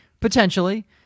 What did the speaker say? potentially